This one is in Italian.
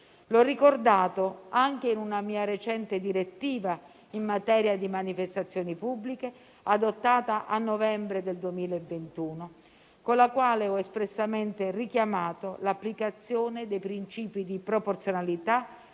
L'ho ricordato anche in una mia recente direttiva in materia di manifestazioni pubbliche, adottata a novembre del 2021, con la quale ho espressamente richiamato l'applicazione dei principi di proporzionalità